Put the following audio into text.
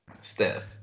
Steph